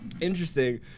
Interesting